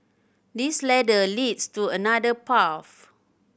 this ladder leads to another path